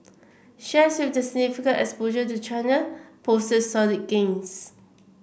shares with the significant exposure to China posted solid gains